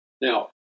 Now